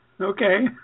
Okay